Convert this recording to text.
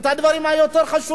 את הדברים היותר-חשובים,